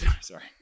sorry